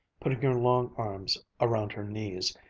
put her long arms around her knees,